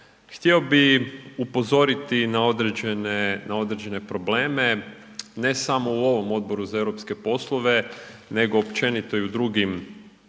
htio bih upozoriti na određene probleme, ne samo u ovome Odboru za europske poslove nego općenito i u drugim